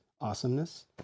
awesomeness